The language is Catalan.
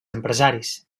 empresaris